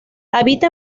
habita